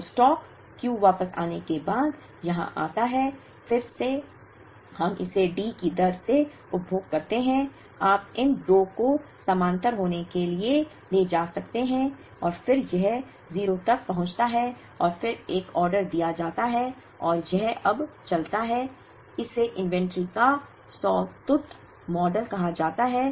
तो stock Q वापस आने के बाद यहां आता है फिर से हम इसे D की दर से उपभोग करते हैं आप इन 2 को समानांतर होने के लिए ले जा सकते हैं और फिर यह 0 तक पहुंचता है और फिर एक ऑर्डर दिया जाता है और यह अब चलता है इसे इन्वेंट्री का सॉ टूथ मॉडल कहा जाता है